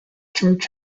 church